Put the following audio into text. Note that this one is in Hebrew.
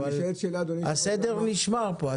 אבל הסדר נשמר פה,